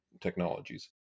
technologies